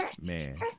Man